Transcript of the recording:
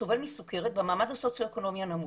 סובל מסכרת במעמד הסוציו-אקונומי הנמוך.